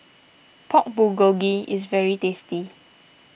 Pork Bulgogi is very tasty